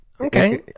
okay